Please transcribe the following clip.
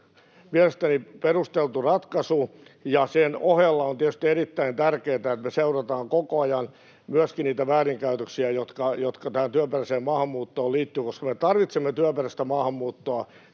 erittäin perusteltu ratkaisu. Sen ohella on tietysti erittäin tärkeätä, että me seurataan koko ajan myöskin niitä väärinkäytöksiä, jotka tähän työperäiseen maahanmuuttoon liittyvät. Koska me tarvitsemme työperäistä maahanmuuttoa,